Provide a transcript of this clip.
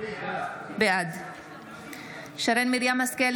בעד שרן מרים השכל,